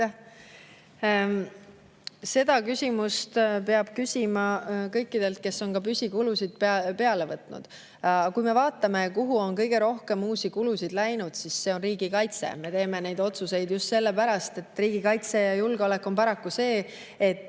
Seda küsimust peab küsima kõikidelt, kes on püsikulusid juurde võtnud. Kui me vaatame, kus on kõige rohkem uusi kulutusi [tehtud], siis see on riigikaitse. Me teeme neid otsuseid just sellepärast, et riigikaitse ja julgeolek on paraku